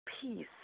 peace